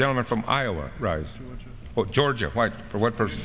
gentleman from iowa rise georgia for what for